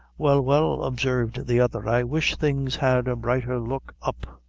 well, well, observed the other, i wish things had a brighter look up.